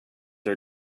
are